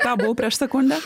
ką buvau prieš sekundę